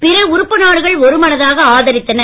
பிற உறுப்பு நாடுகள் ஒருமனதாக ஆதரித்தன